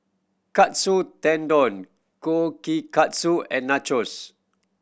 Katsu Tendon Kushikatsu and Nachos